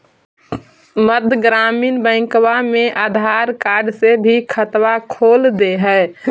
मध्य ग्रामीण बैंकवा मे आधार कार्ड से भी खतवा खोल दे है?